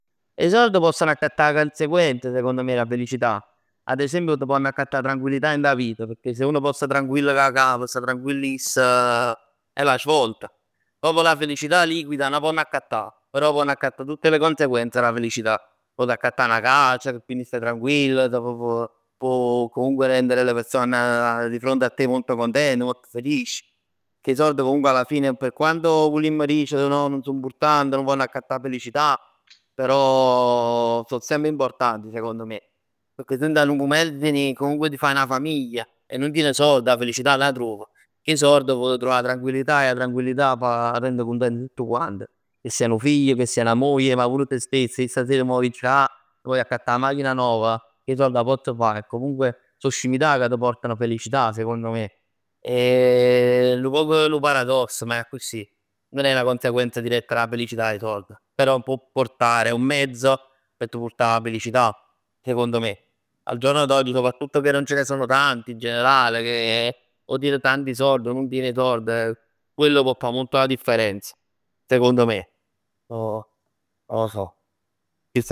'E sord possono accattà 'a conseguenza sicondo me dà felicità. Ad esempio t' ponn accattà 'a tranquillità dint 'a vit, pecchè poj se uno sta tranquill cu 'a cap, sta tranquill iss, è la svolta. Proprio la felicità liquida nun 'a ponn accattà, però ponn accattà tutte le conseguenze dà felicità. Ponn accattà 'na cas, ceh e quindi staj tranquill, t' può può può comunque rendere la persona di fronte a te molto contenta, molto felice. Pecchè 'e sord comunque alla fine per quanto vulimm dicere no? Nun so important, nun ponn accattà 'a felicità, però so semp importanti secondo me. Pecchè tu dint' 'a nu mument tieni comunque ti fai 'na famiglia e nun tien sord, 'a felicità nun 'a truov, ch' 'e sord puoj truvà 'a tranquillità 'e 'a tranquillità e 'a tranquillità rende content tutt quant. Che sia 'nu figlio, che sia 'na moglie, ma pur te stesso. Ij staser m' vogl dicere, ah m'accatt 'a machina nov, cu 'e sord 'a pozz fa e comunque so scimità cà t' portan felicità secondo me. è nu poc nu paradoss, ma è accussì. Non è 'na conseguenza diretta dà felicità 'e sord. Però può portare, è un mezzo p' t' purtà 'a felicità. Secondo me. Al giorno d'oggi soprattutto che non ce ne sono tanti, in generale. Che o tieni tanti sord, quello può fa molto la differenza secondo me.